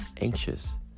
anxious